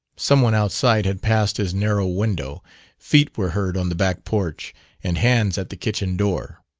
some one outside had passed his narrow window feet were heard on the back porch and hands at the kitchen door.